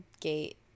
gate